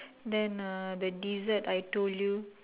then uh the dessert I told you